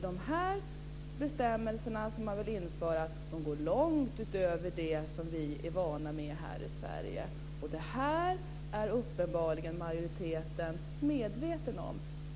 De bestämmelser som man vill införa går långt utöver det som vi är vana vid här i Sverige. Det här är uppenbarligen majoriteten medveten om.